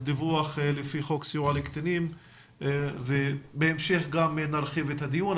לפי חוק סיוע לקטינים ובהמשך גם נרחיב את הדיון,